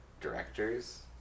directors